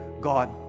God